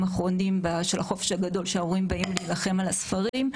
האחרונים של החופש הגדול שההורים באים להילחם על הספרים.